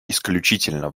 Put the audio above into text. исключительно